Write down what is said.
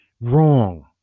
Wrong